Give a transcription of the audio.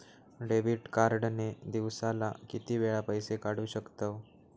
Debit card ने दिवसाला किती वेळा पैसे काढू शकतव?